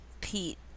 Pete